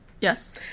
Yes